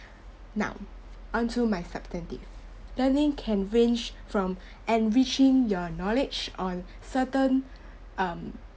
now onto my substantive learning can range from enriching your knowledge on certain um